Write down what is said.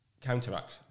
counteract